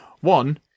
One